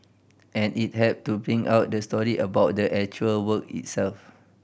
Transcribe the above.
and it help to bring out the story about the actual work itself